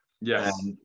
Yes